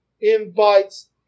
invites